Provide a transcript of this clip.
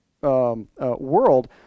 world